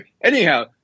Anyhow